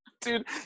dude